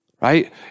right